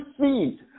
see